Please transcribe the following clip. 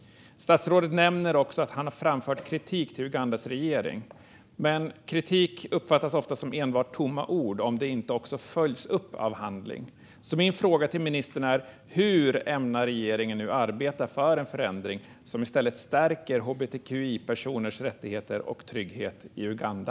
Statsrådet nämner också att han har framfört kritik till Ugandas regering, men kritik uppfattas ofta som enbart tomma ord om den inte följs av handling. Min fråga till ministern är därför: Hur ämnar regeringen arbeta för en förändring som i stället stärker hbtqi-personers rättigheter och trygghet i Uganda?